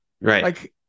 right